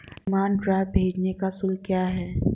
Demand draft भेजने का शुल्क क्या है?